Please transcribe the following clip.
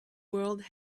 world